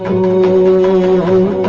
who